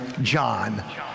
John